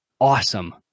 awesome